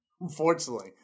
Unfortunately